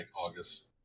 August